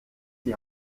die